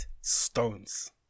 stones